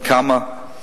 בכמה.